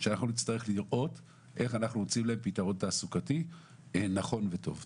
שאנחנו נצטרך לראות איך אנחנו מוצאים להם פתרון תעסוקתי נכון וטוב.